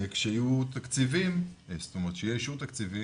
כשיהיה אישור תקציבי